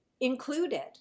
included